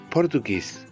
Portuguese